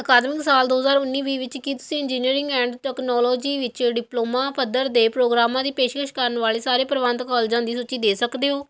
ਅਕਾਦਮਿਕ ਸਾਲ ਦੋ ਹਜ਼ਾਰ ਉੱਨੀ ਵੀਹ ਵਿੱਚ ਕੀ ਤੁਸੀਂ ਇੰਜੀਨੀਅਰਿੰਗ ਐਂਡ ਤਕਨੋਲੋਜੀ ਵਿੱਚ ਡਿਪਲੋਮਾ ਪੱਧਰ ਦੇ ਪ੍ਰੋਗਰਾਮਾਂ ਦੀ ਪੇਸ਼ਕਸ਼ ਕਰਨ ਵਾਲੇ ਸਾਰੇ ਪ੍ਰਵਾਨਿਤ ਕੋਲਜਾਂ ਦੀ ਸੂਚੀ ਦੇ ਸਕਦੇ ਹੋ